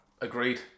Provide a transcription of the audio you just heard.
Agreed